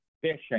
Fishing